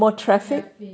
traffic